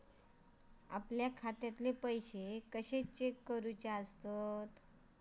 आपल्या खात्यातले पैसे कशे चेक करुचे?